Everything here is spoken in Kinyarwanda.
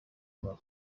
kwa